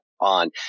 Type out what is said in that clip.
on